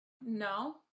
No